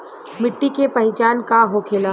मिट्टी के पहचान का होखे ला?